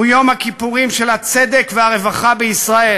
יום הכיפורים של הצדק והרווחה בישראל,